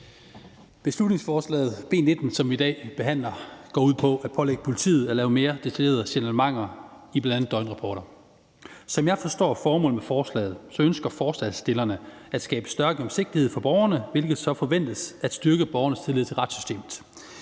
Beslutningsforslaget B 19, som vi i dag behandler, går ud på at pålægge politiet at lave mere detaljerede signalementer i bl.a. døgnrapporter. Som jeg forstår formålet med forslaget, ønsker forslagsstillerne at skabe større gennemsigtighed for borgerne, hvilket så forventes at styrke borgernes tillid til retssystemet.